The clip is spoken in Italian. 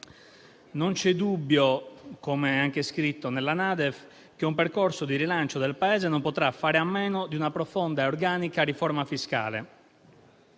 Non c'è dubbio, come scritto nella NADEF, che un percorso di rilancio del Paese non potrà fare a meno di una profonda e organica riforma fiscale,